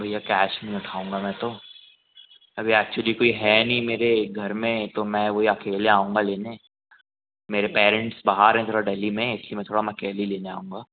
भैया कैश में उठाऊँगा मैं तो अभी एक्चुअली कोई है नहीं मेरे घर में तो मैं वही अकेले आऊँगा लेने मेरे पैरेंट्स बाहर है ज़रा डेल्ही में इसलिए मैं थोड़ा अकेले ही लेने आऊँगा